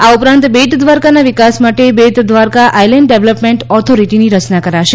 આ ઉપરાંત બેટ દ્વારકાના વિકાસ માટે બેટ દ્વારકા આયલેન્ડ ડેવલપમેન્ટ ઓથોરિટીની રચના કરાશે